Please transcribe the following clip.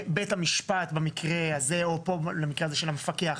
לבית המשפט במקרה הזה, או למקרה הזה של המפקח.